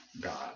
god